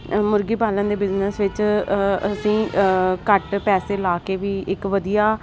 ਮੁਰਗੀ ਪਾਲਣ ਦੇ ਬਿਜ਼ਨਸ ਵਿੱਚ ਅਸੀਂ ਘੱਟ ਪੈਸੇ ਲਾ ਕੇ ਵੀ ਇੱਕ ਵਧੀਆ